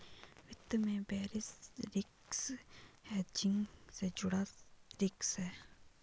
वित्त में basis risk hedging से जुड़ा रिस्क है